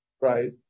right